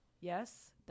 yes